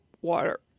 water